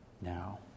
now